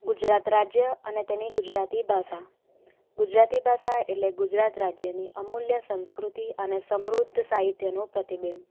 ગુજરાત રાજ્ય અને તેની ગુજરાતી ભાષા ગુજરાતી ભાષા એટલે ગુજરાત રાજ્યની અમૂલ્ય સંસ્કૃતી અને સમૃદ્ધ સાહિત્યનું પ્રતિબિંબ